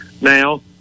now